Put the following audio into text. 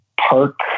Park